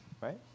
right